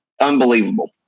unbelievable